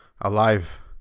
Alive